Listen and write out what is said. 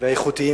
והאיכותיים.